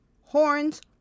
horns